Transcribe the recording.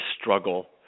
struggle